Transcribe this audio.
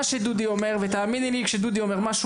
מה שדודי אומר ותאמיני לי כשדודי אומר משהו,